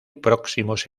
próximos